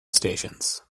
stations